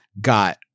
got